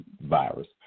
virus